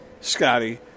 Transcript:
Scotty